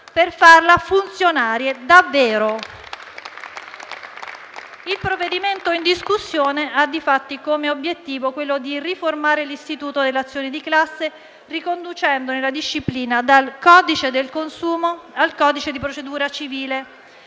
dal Gruppo M5S)*. Il provvedimento in discussione ha difatti come obiettivo quello di riformare l'istituto dell'azione di classe riconducendone la disciplina dal codice del consumo al codice di procedura civile,